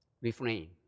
refrain